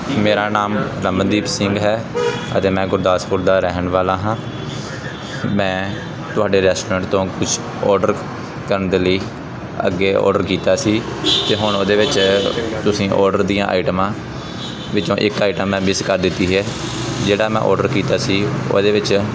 ਮੇਰਾ ਨਾਮ ਰਮਨਦੀਪ ਸਿੰਘ ਹੈ ਅਤੇ ਮੈਂ ਗੁਰਦਾਸਪੁਰ ਦਾ ਰਹਿਣ ਵਾਲਾ ਹਾਂ ਮੈਂ ਤੁਹਾਡੇ ਰੈਸਟੋਰੈਂਟ ਤੋਂ ਕੁਛ ਆਰਡਰ ਕਰਨ ਦੇ ਲਈ ਅੱਗੇ ਆਰਡਰ ਕੀਤਾ ਸੀ ਅਤੇ ਹੁਣ ਉਹਦੇ ਵਿੱਚ ਤੁਸੀਂ ਆਰਡਰ ਦੀਆਂ ਆਈਟਮਾਂ ਵਿੱਚੋਂ ਇੱਕ ਆਈਟਮ ਹੈ ਮਿਸ ਕਰ ਦਿੱਤੀ ਹੈ ਜਿਹੜਾ ਮੈਂ ਆਰਡਰ ਕੀਤਾ ਸੀ ਉਹਦੇ ਵਿੱਚ